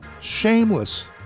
shameless